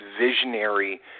visionary